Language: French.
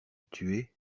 tuer